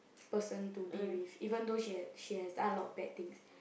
person to be with even though she has she has done a lot of bad things